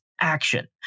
action